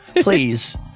Please